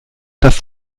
dass